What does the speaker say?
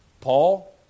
Paul